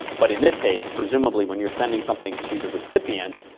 but in this case, presumably when you're sending something to the recipient,